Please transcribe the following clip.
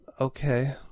Okay